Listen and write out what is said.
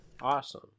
Awesome